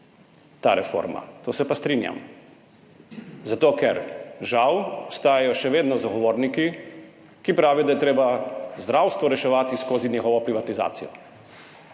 ta reforma, to se pa strinjam, zato ker, žal, ostajajo še vedno zagovorniki, ki pravijo, da je treba zdravstvo reševati skozi njihovo privatizacijo.